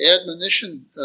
admonition